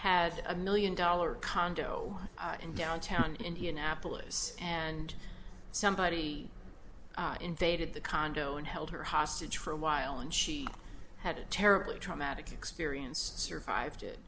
had a million dollar condo in downtown indianapolis and somebody invaded the condo and held her hostage for a while and she had a terribly traumatic experience survived it